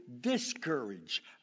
discourage